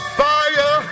fire